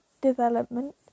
development